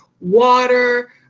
water